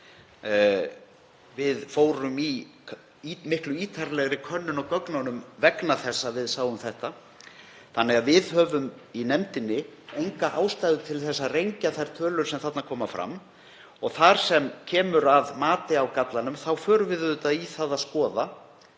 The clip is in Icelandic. Við fórum í miklu ítarlegri könnun á gögnunum vegna þess að við sáum þetta. Þannig að við höfum í nefndinni enga ástæðu til að rengja þær tölur sem þarna koma fram og þegar kemur að mati á gallanum förum við auðvitað í það að skoða